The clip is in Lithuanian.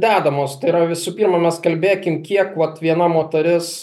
dedamos tai yra visų pirma mes kalbėkim kiek vat viena moteris